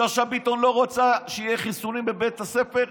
שאשא ביטון לא רוצה שיהיו חיסונים בבית הספר,